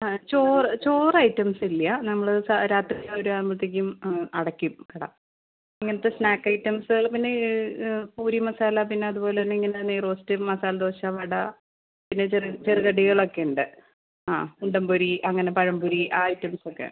ആ ചോറ് ചോറൈറ്റംസില്ല നമ്മള് രാത്രി ഒരാവുമ്പോഴത്തേക്കും അടയ്ക്കും കട ഇങ്ങനത്തെ സ്നാക്കൈറ്റംസുകള് പിന്നെ ഈ പൂരി മസാല പിന്നതുപോലെ തന്നെ ഇങ്ങനെ നെയ് റോസ്റ്റ് മസാല ദോശ വട പിന്നെ ചെറു കടികളൊക്കെയുണ്ട് ആ ഉണ്ടംപൊരി അങ്ങനെ പഴംപൊരി ആ ഐറ്റംസൊക്കെ